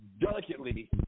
delicately